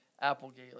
Applegate